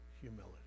humility